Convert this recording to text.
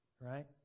right